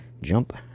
jump